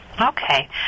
Okay